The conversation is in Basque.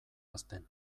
hazten